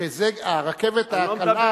שהרכבת הקלה,